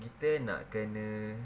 kita nak kena